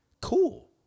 cool